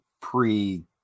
pre